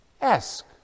Ask